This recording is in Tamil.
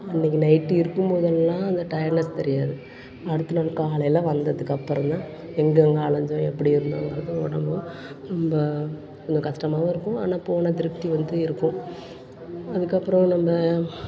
அன்னைக்கு நைட் இருக்கும் போதெல்லாம் அந்த டையர்ட்னெஸ் தெரியாது அடுத்த நாள் காலையில் வந்ததுக்கப்பறம் தான் எங்கெங்க அலைஞ்சோம் எப்படி இருந்தோங்கிறத உடம்பு ரொம்ப கொஞ்சோம் கஷ்டமாகவும் இருக்கும் ஆனால் போன திருப்தி வந்து இருக்கும் அதுக்கப்புறம் நம்ம